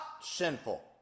sinful